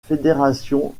fédération